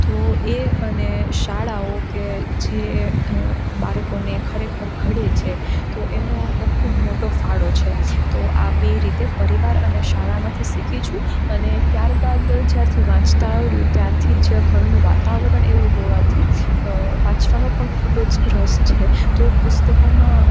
તો એ અને શાળાઓ કે જે બાળકોને ખરેખર ઘડે છે તો એનો ખૂબ મોટો ફાળો છે તો આ બે રીતે પરિવાર અને શાળામાંથી શીખી છું ને ત્યારબાદ જ્યારથી વાંચતા આવડ્યું ત્યારથી જ ઘરનું વાતાવરણ એવું હોવાથી વંચાવાનો પણ ખૂબ જ રસ છે તો પુસ્તકોમાં